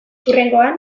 hurrengoan